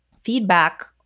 feedback